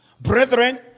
Brethren